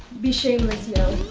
be shameless yo!